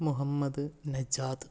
Muhammad Najad